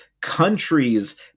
countries